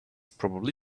probably